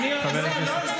אין בעיה.